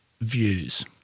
views